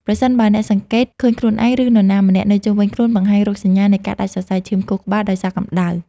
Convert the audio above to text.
ប្រសិនបើអ្នកសង្កេតឃើញខ្លួនឯង ឬនរណាម្នាក់នៅជុំវិញខ្លួនបង្ហាញរោគសញ្ញានៃការដាច់សរសៃឈាមខួរក្បាលដោយសារកម្ដៅ។